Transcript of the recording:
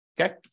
okay